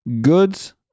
goods